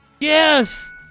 Yes